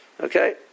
Okay